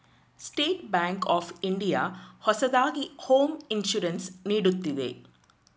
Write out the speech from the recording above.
state Bank of India ಹೊಸದಾಗಿ home insurance ನೀಡುತ್ತಿದೆ